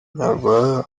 nyarwaya